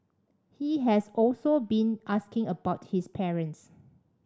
he has also been asking about his parents